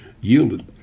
yielded